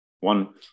One